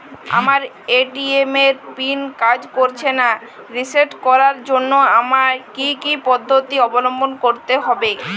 আমার এ.টি.এম এর পিন কাজ করছে না রিসেট করার জন্য আমায় কী কী পদ্ধতি অবলম্বন করতে হবে?